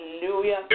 Hallelujah